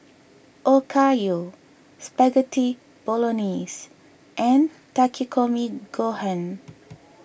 Okayu Spaghetti Bolognese and Takikomi Gohan